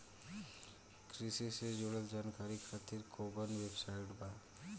कृषि से जुड़ल जानकारी खातिर कोवन वेबसाइट बा?